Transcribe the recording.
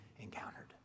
encountered